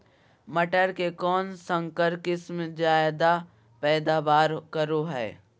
मटर के कौन संकर किस्म जायदा पैदावार करो है?